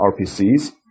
RPCs